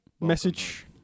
Message